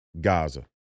Gaza